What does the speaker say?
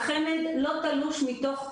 החמ"ד לא תלוש מתוך קונטקסט.